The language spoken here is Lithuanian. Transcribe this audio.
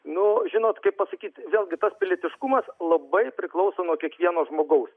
nu žinot kaip pasakyt vėlgi tas pilietiškumas labai priklauso nuo kiekvieno žmogaus